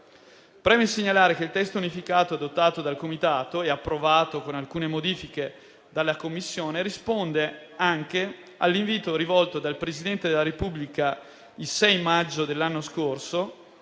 preme segnalare che il testo unificato adottato dal comitato e approvato con alcune modifiche dalla Commissione risponde anche all'invito rivolto dal Presidente della Repubblica il 6 maggio dell'anno scorso,